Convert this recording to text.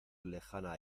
lejana